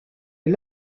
est